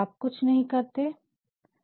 आप कुछ नहीं करते है